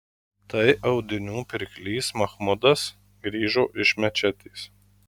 tai audinių pirklys machmudas grįžo iš mečetės